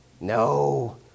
No